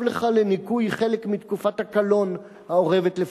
לך לניכוי חלק מתקופת הקלון האורבת לפתחך.